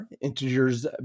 Integers